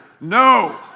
No